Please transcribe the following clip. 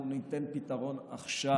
אנחנו ניתן פתרון עכשיו.